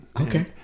Okay